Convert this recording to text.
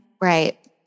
Right